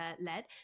led